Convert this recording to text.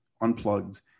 unplugged